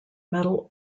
metal